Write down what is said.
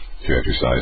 exercise